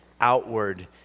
outward